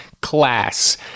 class